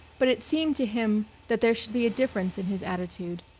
but it seemed to him that there should be a difference in his attitude.